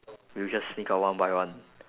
we'll just sneak out one by one